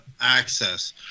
access